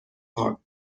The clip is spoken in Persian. پارک